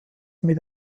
mit